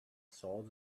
saw